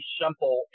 simple